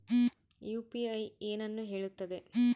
UPI ಏನನ್ನು ಹೇಳುತ್ತದೆ?